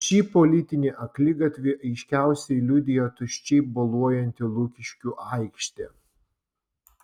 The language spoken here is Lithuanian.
šį politinį akligatvį aiškiausiai liudija tuščiai boluojanti lukiškių aikštė